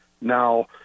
Now